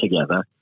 together